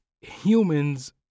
humans